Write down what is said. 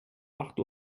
acht